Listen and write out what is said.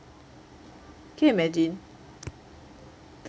can you imagine